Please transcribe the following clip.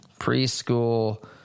preschool